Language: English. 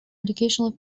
educational